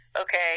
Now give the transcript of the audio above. okay